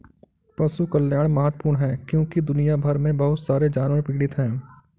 पशु कल्याण महत्वपूर्ण है क्योंकि दुनिया भर में बहुत सारे जानवर पीड़ित हैं